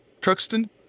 Truxton